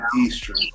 Eastern